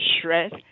shred